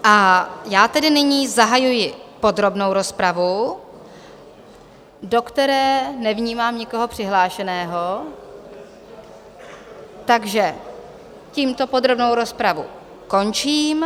A já tedy nyní zahajuji podrobnou rozpravu, do které nevnímám nikoho přihlášeného, takže tímto podrobnou rozpravu končím.